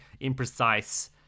imprecise